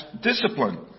discipline